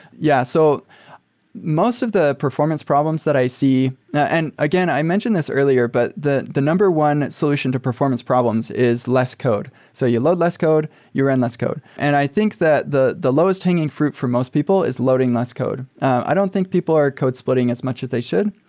yeah. so most of the performance problems that i see and again, i mentioned this earlier, but the the number one solution to performance problems is less code. so you load less code, you run less code. and i think that the the lowest hanging fruit for most people is loading less code. i don't think people are code splitting as much as they should,